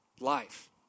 Life